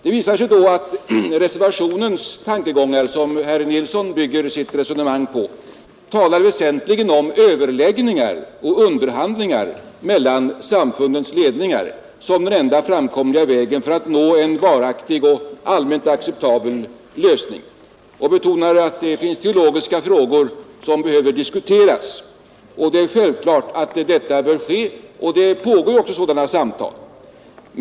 Det visar sig då att reservationen, som herr Nilsson bygger sitt resonemang på, talar väsentligen om överläggningar och underhandlingar mellan samfundens ledningar som den enda framkomliga vägen för att nå en varaktig och allmänt acceptabel lösning och betonar att det finns teologiska frågor som behöver diskuteras. Det är självklart att detta bör ske, och det pågår sådana samtal.